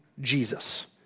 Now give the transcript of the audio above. Jesus